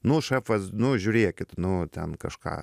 nu šefas nu žiūrėkit nu ten kažką